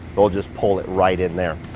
they'll just pull it right in there.